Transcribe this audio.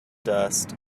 dust